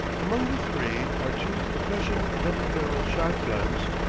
among the three are two percussion double-barrelled shot-guns,